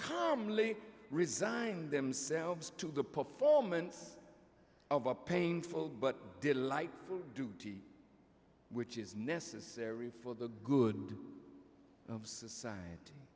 calmly resigned themselves to the performance of a painful but delightful duty which is necessary for the good of society